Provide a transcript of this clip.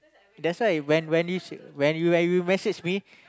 that's why when when you say when you when you message me